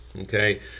okay